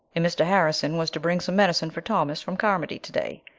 and mr. harrison was to bring some medicine for thomas from carmody today,